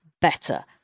better